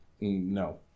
no